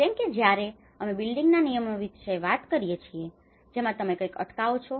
જેમ કે જ્યારે અમે બિલ્ડિંગના નિયમો વિશે વાત કરીએ છીએ જેમા તમે કંઈક અટકાવો છે